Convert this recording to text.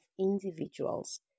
individuals